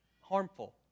harmful